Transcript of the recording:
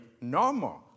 normal